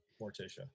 Morticia